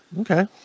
Okay